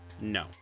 no